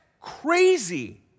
crazy